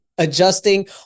adjusting